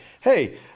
hey